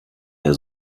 der